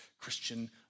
Christian